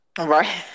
Right